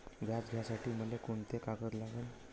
व्याज घ्यासाठी मले कोंते कागद लागन?